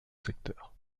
secteurs